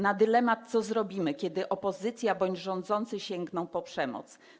Na dylemat, co zrobimy, kiedy opozycja bądź rządzący sięgną po przemoc?